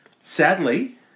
Sadly